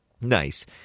Nice